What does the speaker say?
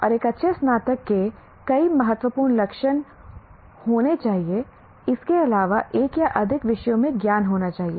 और एक अच्छे स्नातक के कई महत्वपूर्ण लक्षण होने चाहिए इसके अलावा एक या अधिक विषयों में ज्ञान होना चाहिए